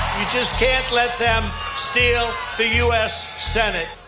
you just can't let them steal the u s. senate.